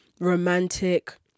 romantic